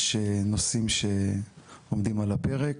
יש נושאים שעומדים על הפרק